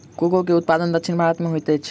cocoa के उत्पादन दक्षिण भारत में होइत अछि